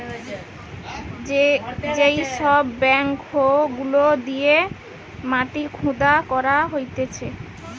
JCB backhoe গুলা দিয়ে মাটি খুদা করা হতিছে